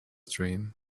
dream